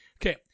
Okay